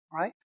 right